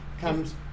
comes